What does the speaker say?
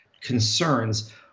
concerns